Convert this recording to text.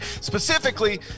Specifically